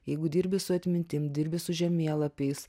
jeigu dirbi su atmintim dirbi su žemėlapiais